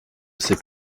assez